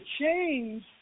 change